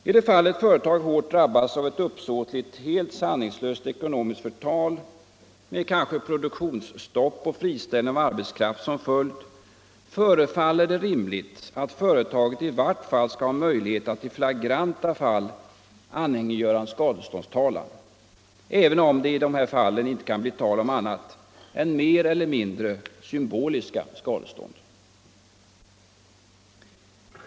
I det fall ett företag hårt drabbas av ett uppsåtligt, helt sanningslöst ekonomiskt förtal med kanske produktionsstopp och friställning av arbetskraft som följd förefaller det rimligt att företaget åtminstone skall ha möjligheten att i flagranta fall anhängiggöra en skadeståndstalan, även om det i dessa fall inte kan bli tal om annat än mer eller mindre symboliska skadestånd.